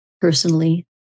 personally